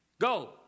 Go